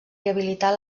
rehabilitar